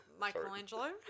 Michelangelo